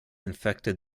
infected